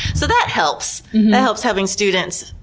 so that helps helps having students,